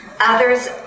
Others